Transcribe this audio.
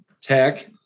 tech